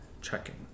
checking